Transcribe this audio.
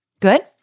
Good